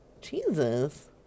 Jesus